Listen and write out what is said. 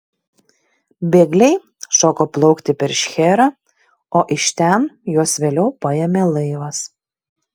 bėgliai šoko plaukti per šcherą o iš ten juos vėliau paėmė laivas